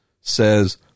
says